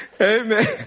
Amen